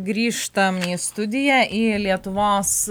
grįžtam į studiją į lietuvos